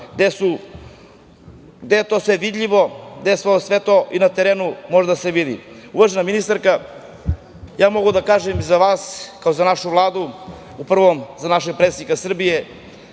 gde je to sve vidljivo, gde sve to i na terenu može da se vidi. Uvažena ministarka, mogu da kažem za vas, kao i za našu Vladu, za našeg predsednika Srbije,